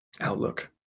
Outlook